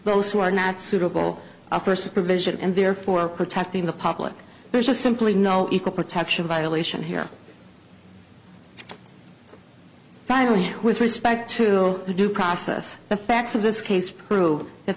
those who are not suitable a person provision and therefore protecting the public there's just simply no equal protection violation here finally with respect to due process the facts of this case prove